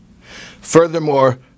Furthermore